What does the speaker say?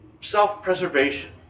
self-preservation